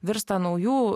virsta naujų